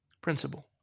Principle